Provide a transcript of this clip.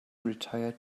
retired